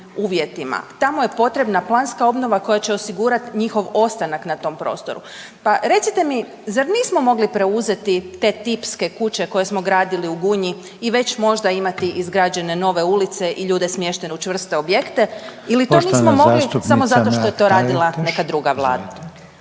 tamo je potrebna planska obnova koja će osigurati njihov ostanak na tom prostoru, pa recite mi, zar nismo mogli preuzeti te tipske kuće koje smo gradili u Gunji i već možda imati izgrađene nove ulice i ljude smještene u čvrste objekte ili to nismo mogli samo zato što je to radila neka druga Vlada.